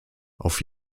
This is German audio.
auf